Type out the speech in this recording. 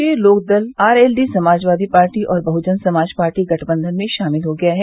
राष्ट्रीय Lok Dal R L D Samajwadi party और Bahujan Samaj party गठबंधन में शामिल हो गया है